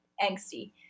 angsty